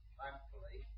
thankfully